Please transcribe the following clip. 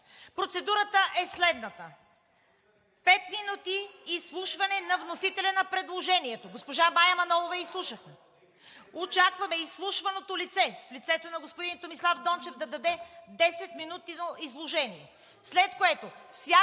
Процедурата е следната: пет минути изслушване на вносителя на предложението. Госпожа Мая Манолова я изслушахме. Очакваме за изслушваното лице в лицето на господин Томислав Дончев да му се даде десетминутно изложение, след което